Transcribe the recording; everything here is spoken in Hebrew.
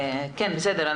בסדר.